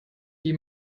die